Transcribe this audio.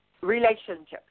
relationships